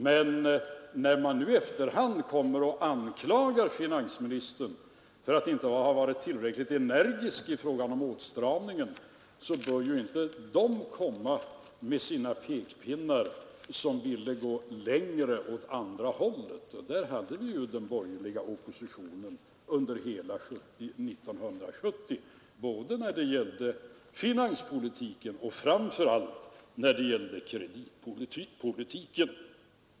Men när man nu i efterhand kommer och anklagar finansministern för att han inte varit tillräckligt energisk i fråga om åtstramningen, bör ju inte de som ville gå längre åt andra hållet komma med några pekpinnar — och där hade vi ju den borgerliga oppositionen under hela 1970, både när det gällde finanspolitiken och framför allt när det gällde kreditpolitiken.